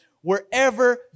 wherever